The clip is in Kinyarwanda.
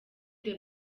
the